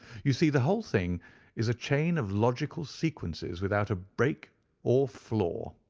you see the whole thing is a chain of logical sequences without a break or flaw.